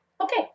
Okay